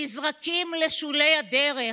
נזרקים לשולי הדרך.